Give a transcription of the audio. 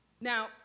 Now